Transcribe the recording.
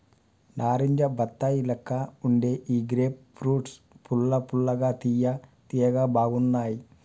నారింజ బత్తాయి లెక్క వుండే ఈ గ్రేప్ ఫ్రూట్స్ పుల్ల పుల్లగా తియ్య తియ్యగా బాగున్నాయ్